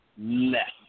left